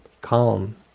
Calm